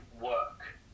work